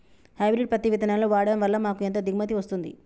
Hybrid పత్తి విత్తనాలు వాడడం వలన మాకు ఎంత దిగుమతి వస్తుంది?